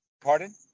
Pardon